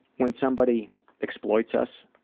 when somebody exploits us